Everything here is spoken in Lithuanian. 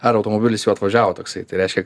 ar automobilis jau atvažiavo toksai tai reiškia